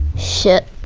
shit.